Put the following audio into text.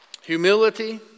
Humility